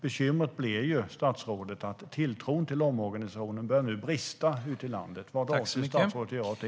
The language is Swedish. Bekymret, statsrådet, är att tilltron till omorganisationen nu börjar brista ute i landet. Vad avser statsrådet att göra åt det?